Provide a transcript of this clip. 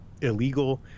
illegal